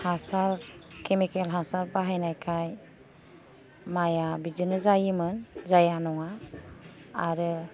हासार केमिकेल हासार बाहायनायखाय माया बिदिनो जायोमोन जाया नङा आरो